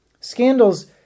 Scandals